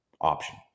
option